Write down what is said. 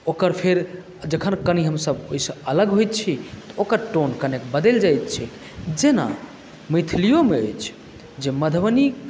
ओकर फेर जखन कनी हमसभ ओहिसँ अलग होइत छी ओकर टोन कनेक बदलि जाइत छै जेना मैथिलिओमे अछि जे मधुबनीक